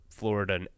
Florida